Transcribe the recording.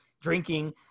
drinking